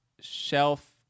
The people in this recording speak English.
Shelf